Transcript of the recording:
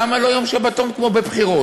למה לא יום שבתון כמו בבחירות?